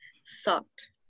sucked